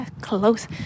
close